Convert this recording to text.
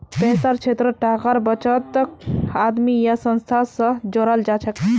पैसार क्षेत्रत टाकार बचतक आदमी या संस्था स जोड़ाल जाछेक